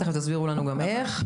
תיכף תסבירו לנו איך.